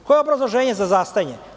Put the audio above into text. Koje je obrazloženje za zastajanje?